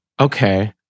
okay